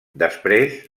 després